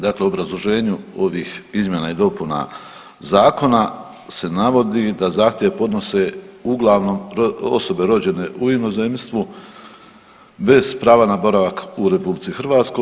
Dakle, u obrazloženju ovih izmjena i dopuna Zakona se navodi da zahtjev podnose uglavnom osobe rođene u inozemstvu bez prava na boravak u RH.